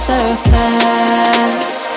Surface